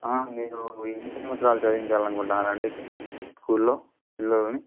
మీరు ఎన్ని సంవత్సరాలు చదివించాలనుకుంటునారండి స్కూల్లో పిల్లలని